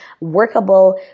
workable